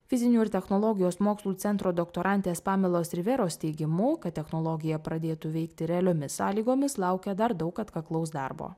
fizinių ir technologijos mokslų centro doktorantės pamelos riveros teigimu kad technologija pradėtų veikti realiomis sąlygomis laukia dar daug atkaklaus darbo